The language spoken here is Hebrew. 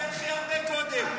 את תלכי הרבה קודם.